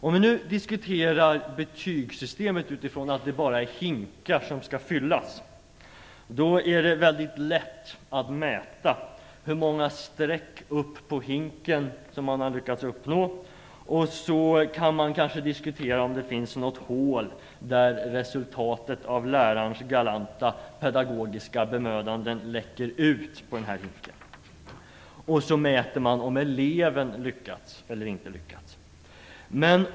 Om vi nu diskuterar betygssystemet utifrån att det bara är hinkar som skall fyllas, är det väldigt lätt att mäta hur många streck på hinken som man har lyckats uppnå, och så kan man kanske diskutera om det finns något hål, där resultatet av lärarens galanta pedagogiska bemödanden läcker ut på hinken. Så mäter man om eleven har lyckats eller inte.